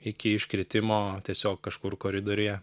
iki iškritimo tiesiog kažkur koridoriuje